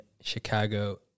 Chicago